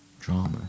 Drama